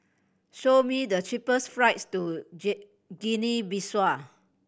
show me the cheapest flights to Guinea Bissau